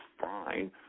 fine